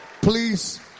Please